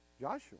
Joshua